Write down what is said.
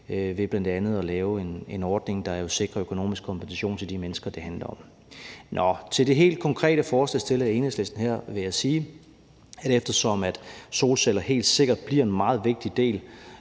ved bl.a. at lave en ordning, der sikrer økonomisk kompensation til de mennesker, det handler om. Til det helt konkrete forslag, som er fremsat af Enhedslisten, vil jeg sige, at solceller helt sikkert bliver en meget vigtig del